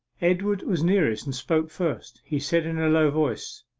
edward was nearest, and spoke first. he said in a low voice